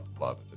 love